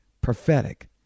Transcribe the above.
prophetic